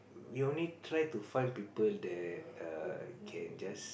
we only try to find people that err can just gel with us